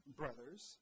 brothers